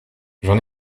j’en